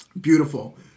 beautiful